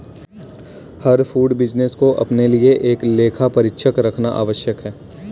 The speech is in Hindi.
हर फूड बिजनेस को अपने लिए एक लेखा परीक्षक रखना आवश्यक है